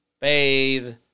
bathe